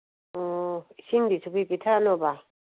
ꯑꯣ ꯏꯁꯤꯡꯗꯤ ꯁꯨꯡꯄꯤ ꯄꯤꯊꯛꯑꯅꯣꯕ